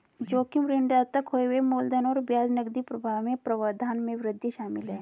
जोखिम ऋणदाता खोए हुए मूलधन और ब्याज नकदी प्रवाह में व्यवधान में वृद्धि शामिल है